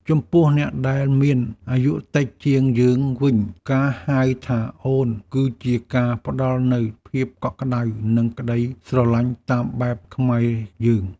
ចំពោះអ្នកដែលមានអាយុតិចជាងយើងវិញ ការហៅថាអូនគឺជាការផ្ដល់នូវភាពកក់ក្តៅនិងក្ដីស្រឡាញ់តាមបែបខ្មែរយើង។